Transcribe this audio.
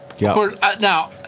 Now